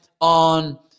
on –